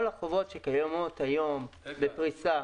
כל החובות שקיימות היום לפריסה